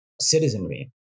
citizenry